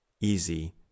easy